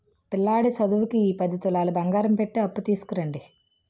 పిల్లాడి సదువుకి ఈ పది తులాలు బంగారం పెట్టి అప్పు తీసుకురండి